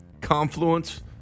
Confluence